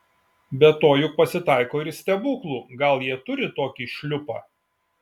be to juk pasitaiko ir stebuklų gal jie turi tokį šliupą